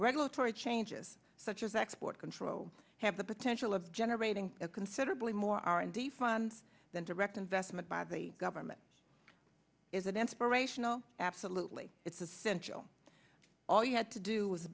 regulatory changes such as export control have the potential of generating considerably more r and d funds than direct investment by the government is an inspirational absolutely it's essential all you had to do